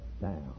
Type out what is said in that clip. down